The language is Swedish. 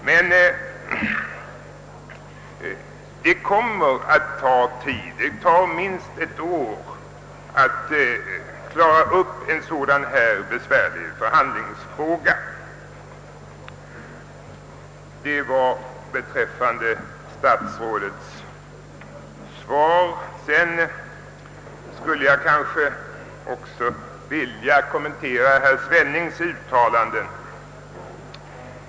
Men det kommer att ta tid — det tar minst ett år att lösa en så besvärlig förhandlingsfråga. Detta är vad jag har att säga om statsrådets svar. Låt mig emellertid också med ett par ord kommentera herr Svennings uttalanden.